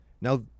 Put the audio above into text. Now